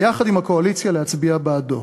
ויחד עם הקואליציה להצביע בעדו.